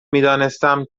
میدانستم